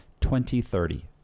2030